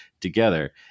together